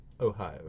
Ohio